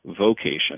Vocation